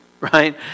right